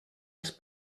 els